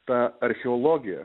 ta archeologija